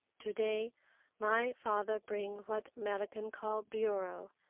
to-day my father bring what merican call bureau,